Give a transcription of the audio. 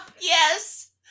yes